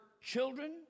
children